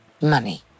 money